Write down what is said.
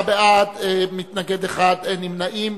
מתנגד אחד, אין נמנעים.